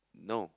no